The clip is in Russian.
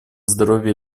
здоровье